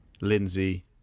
Lindsay